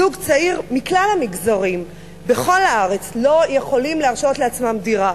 זוגות צעירים מכלל המגזרים בכל הארץ לא יכולים להרשות לעצמם דירה.